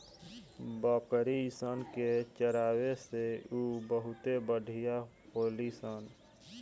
बकरी सन के चरावे से उ बहुते बढ़िया होली सन